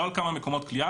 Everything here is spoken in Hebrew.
לא על כמה מקומות כליאה,